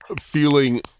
feeling